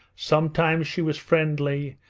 sometimes she was friendly,